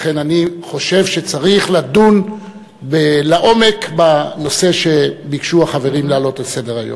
לכן אני חושב שצריך לדון לעומק בנושא שהחברים ביקשו להעלות על סדר-היום.